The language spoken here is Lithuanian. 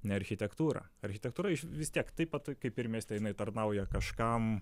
ne architektūrą architektūra iš vis tiek taip pat kaip ir mieste jinai tarnauja kažkam